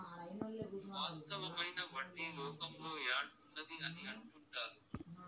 వాస్తవమైన వడ్డీ లోకంలో యాడ్ ఉన్నది అని అంటుంటారు